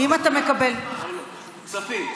אם אתה מקבל, כספים.